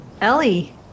ellie